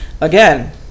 again